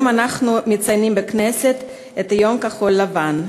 היום אנחנו מציינים בכנסת יום כחול-לבן.